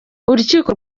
urukiko